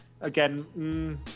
again